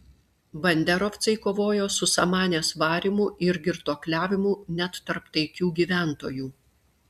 banderovcai kovojo su samanės varymu ir girtuokliavimu net tarp taikių gyventojų